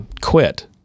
quit